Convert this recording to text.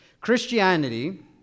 Christianity